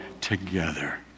together